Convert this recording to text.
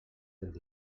dels